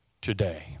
today